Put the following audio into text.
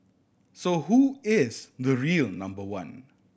so who is the real number one